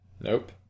Nope